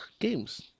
games